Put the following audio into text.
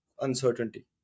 uncertainty